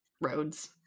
roads